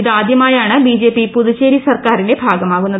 ഇതാദ്യമായാണ് ബിജെപി പുതുച്ചേരി സർക്കാരിന്റെ ഭാഗമാകുന്നത്